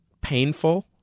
painful